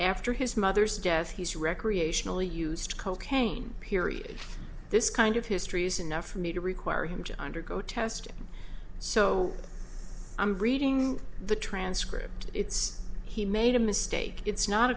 after his mother's death he's recreationally used cocaine period this kind of history is enough for me to require him to undergo testing so i'm reading the transcript it's he made a mistake it's not